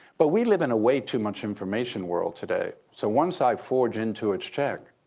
but we live in a way-too-much information world today. so once i forge intuit's check,